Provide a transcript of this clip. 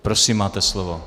Prosím, máte slovo.